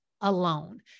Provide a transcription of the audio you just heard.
alone